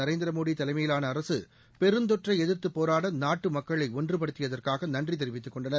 நரேந்திர மோடி தலைமையிலான அரசு பெருந்தொற்றை எதிர்த்து போராட நாட்டு மக்களை ஒன்றுபடுத்தியதற்காக நன்றி தெரிவித்துக் கொண்டனர்